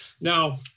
Now